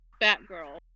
Batgirl